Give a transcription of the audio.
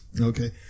Okay